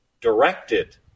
directed